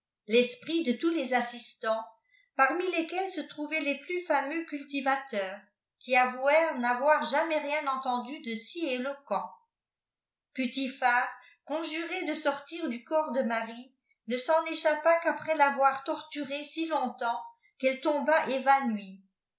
l'esprit de tous w assistants parmi lesquels se trouvaient les plus fiiœem cultivateurs qui avouèrent n'avoir jamais rien entendu de si éloquent putiphar conjuré de sortir du corps de marie ne s'en échappa qu'après l'avoir torturé si longtemps iju'elle tomba évanouie